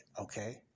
Okay